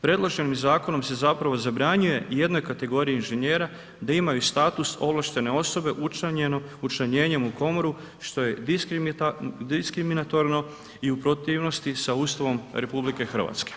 Predloženim zakonom se zapravo zabranjuje jednoj kategoriji inženjera da imaju status ovlaštene osobe učlanjenjem u komoru što je diskriminatorno i u protivnosti sa Ustavom RH.